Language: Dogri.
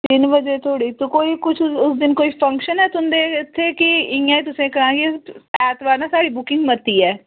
तिन्न बजे धोड़ी ते कोई कुछ उस दिन कोई फंक्शन ऐ तुं'दे इत्थै की इ'यां तुसें करानी एतबारें ना साढ़ी बुकिंग मती ऐ